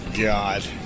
God